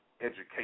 education